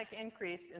increase